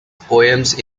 poems